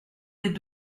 des